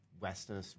Western